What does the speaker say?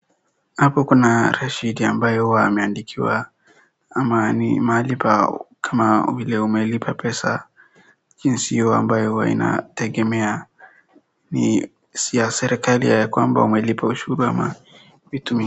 Hapo kuna Rashid ambaye huwa ameandikiwa ama ni mahali pa kama vile umelipa pesa jinsi hiyo ambayo huwa inategemea ni ya serikali ya kwamba umelipa ushuru ama vitu.